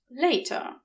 later